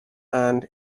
and